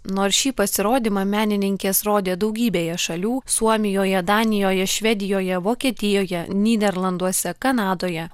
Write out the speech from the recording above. nors šį pasirodymą menininkės rodė daugybėje šalių suomijoje danijoje švedijoje vokietijoje nyderlanduose kanadoje